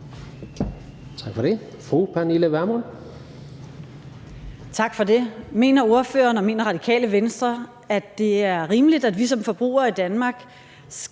Kl. 15:38 Pernille Vermund (NB): Tak for det. Mener ordføreren, og mener Radikale Venstre, at det er rimeligt, at vi som forbrugere i Danmark skal